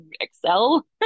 Excel